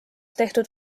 tehtud